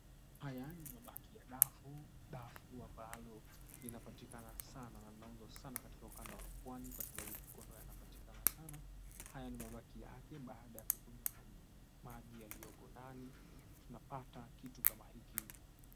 Haya ni mabaki ya dafu, dafu ambalo linapatika sana na linauzwa sana katika ukanda wa pwani kwa sababu huko ndo yanapatikana sana. Haya ni mabaki yake baada ya kukunywa maji yaliyoko ndani tunapata kitu kama hiki.